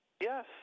Yes